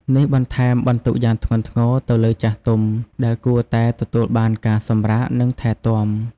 នេះបន្ថែមបន្ទុកយ៉ាងធ្ងន់ធ្ងរទៅលើចាស់ទុំ ដែលគួរតែទទួលបានការសម្រាក និងថែទាំ។